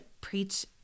preach